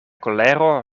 kolero